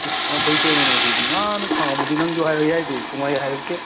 ꯑꯦ ꯌꯥꯝ ꯐꯩ ꯀꯩꯅꯣꯅꯦ ꯑꯗꯨꯗꯤ ꯅꯍꯥꯟꯅ ꯈꯪꯂꯝꯂꯗꯤ ꯅꯪꯁꯨ ꯍꯥꯏꯔꯛ ꯌꯥꯏꯗꯤ ꯁꯨꯡꯍꯥꯏ ꯍꯥꯏꯔꯛꯇꯦ